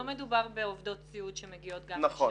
לא מדובר בעובדות סיעוד שמגיעות גם לשם.